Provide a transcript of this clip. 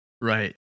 Right